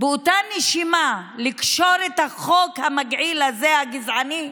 באותה נשימה לקשור את החוק המגעיל הזה, הגזעני,